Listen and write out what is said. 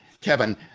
Kevin